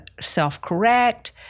self-correct